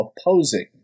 opposing